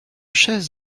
chaises